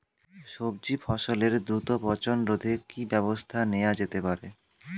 সবজি ফসলের দ্রুত পচন রোধে কি ব্যবস্থা নেয়া হতে পারে?